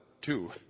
two